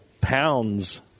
pounds